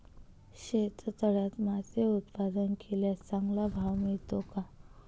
शेततळ्यात मासे उत्पादन केल्यास चांगला भाव मिळतो का?